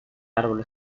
árbol